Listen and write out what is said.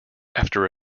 after